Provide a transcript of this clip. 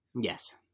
Yes